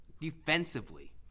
defensively